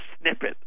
snippet